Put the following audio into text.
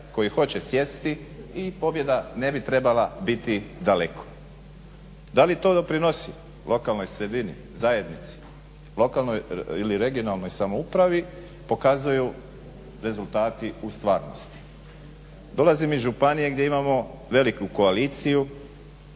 koji hoće sjesti i pobjeda ne bi trebala biti daleko. Da li to doprinosi lokalnoj sredini, zajednici, lokalnoj ili regionalnoj samoupravi pokazuju rezultati u stvarnosti. Dolazim iz županije gdje imamo veliku koaliciju,